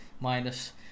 minus